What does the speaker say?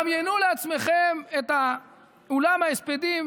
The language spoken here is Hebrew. דמיינו לעצמכם את אולם ההספדים